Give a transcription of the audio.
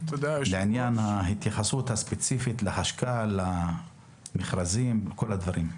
לעניין ההתייחסות הספציפית של החשכ"ל למכרזים ולכל הדברים.